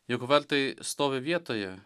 juk vartai stovi vietoje